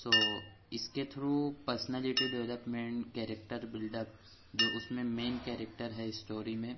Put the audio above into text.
سو اس کے through personality development character build up جو اس میں مین کریکٹر ہے اسٹوری میں